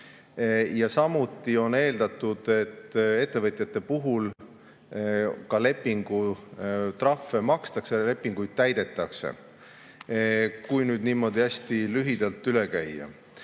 Samuti on eeldatud, et ettevõtjate puhul ka lepingutrahve makstakse ja lepinguid täidetakse. See sai nüüd niimoodi hästi lühidalt üle käidud.